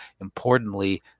importantly